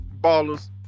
ballers